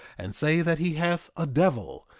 and say that he hath a devil,